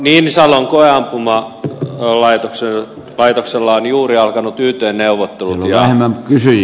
niinisalon koeampumalaitoksella ovat juuri alkaneet yt neuvottelut